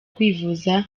kwivuza